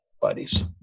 buddies